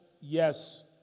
yes